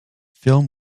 film